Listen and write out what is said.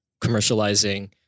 commercializing